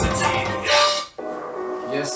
yes